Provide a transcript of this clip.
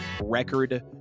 record